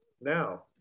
now